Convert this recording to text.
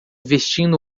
vestindo